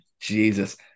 Jesus